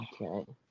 Okay